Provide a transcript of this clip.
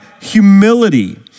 humility